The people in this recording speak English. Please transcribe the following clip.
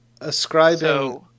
Ascribing